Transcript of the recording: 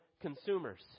consumers